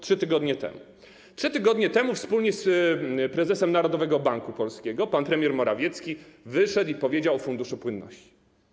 3 tygodnie temu wspólnie z prezesem Narodowego Banku Polskiego pan premier Morawiecki wyszedł i powiedział o funduszu płynności.